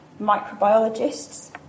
Microbiologists